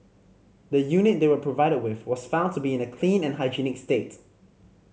the unit they were provided with was found to be in a clean and hygienic state